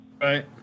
right